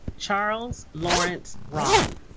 charles lawrence rawn